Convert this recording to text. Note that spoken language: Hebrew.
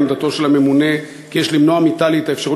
2. האם השרה שותפה לעמדתו של הממונה שיש למנוע מתל"י את האפשרות